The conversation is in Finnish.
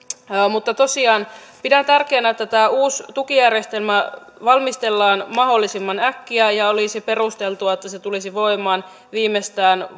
mutta tosiaan pidän tärkeänä että tämä uusi tukijärjestelmä valmistellaan mahdollisimman äkkiä ja olisi perusteltua että se tulisi voimaan viimeistään